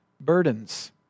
burdens